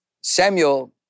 Samuel